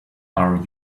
are